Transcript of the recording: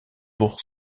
pour